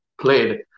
played